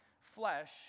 flesh